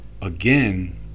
Again